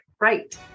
right